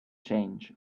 change